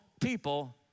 people